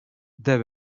there